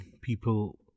people